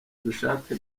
dushake